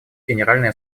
генеральной